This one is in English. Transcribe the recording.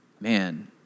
man